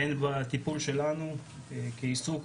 אין בטיפול שלנו כעיסוק